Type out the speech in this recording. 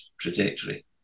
trajectory